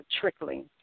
trickling